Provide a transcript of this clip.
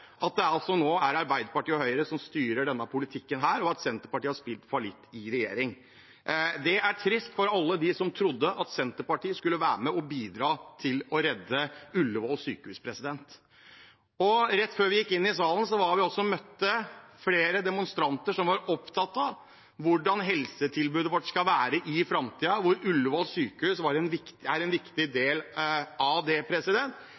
at det altså nå er Arbeiderpartiet og Høyre som styrer denne politikken, og at Senterpartiet har spilt fallitt i regjering. Det er trist for alle dem som trodde at Senterpartiet skulle være med og bidra til å redde Ullevål sykehus. Og rett før vi gikk inn i salen, var vi og møtte flere demonstranter som var opptatt av hvordan helsetilbudet vårt skal være i framtiden, hvor Ullevål sykehus er en viktig del av det. Noe annet jeg synes er